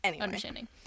understanding